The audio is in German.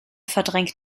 verdrängt